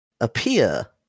appear